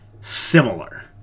similar